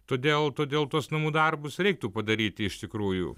todėl todėl tuos namų darbus reiktų padaryti iš tikrųjų